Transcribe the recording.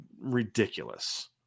ridiculous